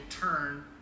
turn